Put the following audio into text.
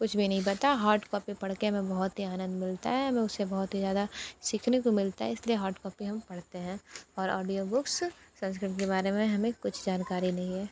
कुछ भी नहीं पता हार्ड कॉपी पढ़ के हमें बहुत ही आनंद मिलता है हमें उससे बहुत ही ज़्यादा सीखने को मिलता है इसलिए हार्ड कॉपी हम पढ़ते हैं और ऑडियो बुक्स संस्करण के बारे में हमें कुछ जानकारी नहीं है